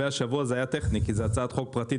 השבוע זה היה טכני כי זאת הצעת חוק פרטית